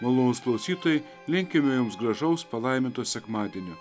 malonūs klausytojai linkime jums gražaus palaiminto sekmadienio